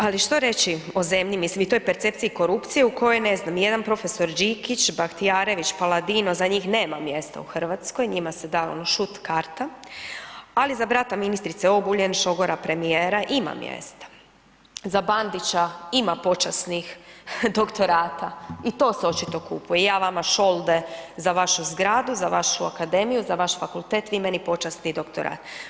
Ali što reći o zemlji mislim i toj percepciji korupcije u kojoj, ne znam, jedan profesor Đikić, Bahtijarević, Paladino, za njih nema mjesta u Hrvatskoj, njima se dao ono šut karta, ali za brata ministrice Obuljen, šogora premijer ima mjesta, za Bandića ima počasnih doktorata i to se očito kupuje, ja vama šolde za vašu zgradu, za vašu akademiju, za vaš fakultet, vi meni počasni doktorat.